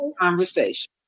conversation